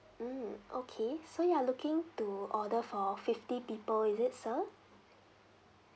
mm okay so you're looking to order for fifty people is it sir